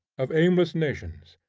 of aimless nations.